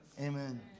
Amen